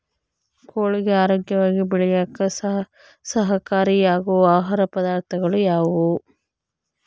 ಕೋಳಿಗೆ ಆರೋಗ್ಯವಾಗಿ ಬೆಳೆಯಾಕ ಸಹಕಾರಿಯಾಗೋ ಆಹಾರ ಪದಾರ್ಥಗಳು ಯಾವುವು?